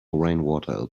rainwater